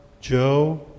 Joe